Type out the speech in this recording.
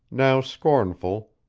now scornful,